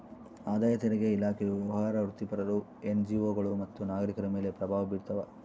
ಆದಾಯ ತೆರಿಗೆ ಇಲಾಖೆಯು ವ್ಯವಹಾರ ವೃತ್ತಿಪರರು ಎನ್ಜಿಒಗಳು ಮತ್ತು ನಾಗರಿಕರ ಮೇಲೆ ಪ್ರಭಾವ ಬೀರ್ತಾವ